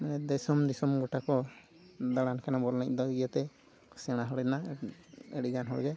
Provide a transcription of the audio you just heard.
ᱫᱤᱥᱚᱢ ᱫᱤᱥᱚᱢ ᱜᱚᱴᱟ ᱠᱚ ᱫᱟᱬᱟᱱ ᱠᱟᱱᱟ ᱵᱚᱞ ᱮᱱᱮᱡ ᱤᱭᱟᱹᱛᱮ ᱥᱮᱬᱟ ᱦᱚᱲᱟᱱᱟᱜ ᱟᱹᱰᱤ ᱜᱟᱱ ᱦᱚᱲ ᱜᱮ